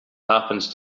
happens